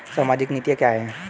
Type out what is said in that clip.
सामाजिक नीतियाँ क्या हैं?